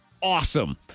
awesome